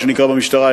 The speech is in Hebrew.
מה שנקרא במשטרה,